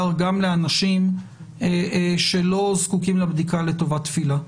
גם לאנשים שזקוקים לבדיקה לא לטובת תפילה.